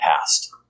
past